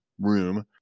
room